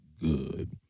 good